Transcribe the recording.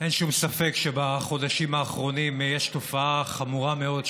אין שום ספק שבחודשים האחרונים יש תופעה חמורה מאוד,